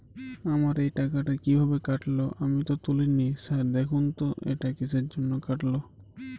আমার এই টাকাটা কীভাবে কাটল আমি তো তুলিনি স্যার দেখুন তো এটা কিসের জন্য কাটল?